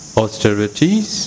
austerities